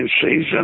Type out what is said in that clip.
season